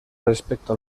respecto